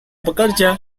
bekerja